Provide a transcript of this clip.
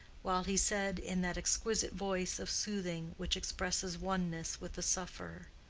while he said in that exquisite voice of soothing which expresses oneness with the sufferer,